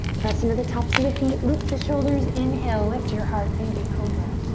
press into the tops of the feet, loop the shoulders. inhale, lift your heart, baby cobra.